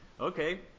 Okay